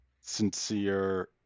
sincere